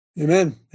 Amen